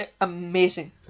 Amazing